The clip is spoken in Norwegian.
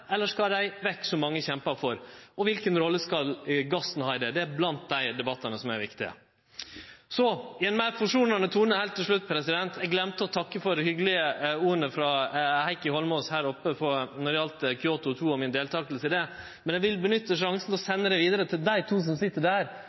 eller skal dei vekk, slik mange kjempar for? Og kva rolle skal gassen ha i dette? Det er blant dei debattane som er viktige. Så i ein meir forsonande tone heilt til slutt: Eg gløymde å takke for dei hyggelege orda frå Heikki Eidsvoll Holmås her frå talarstolen når det gjaldt Kyoto 2 og mi deltaking der. Men eg vil nytte sjansen til å sende takken vidare til dei to som sit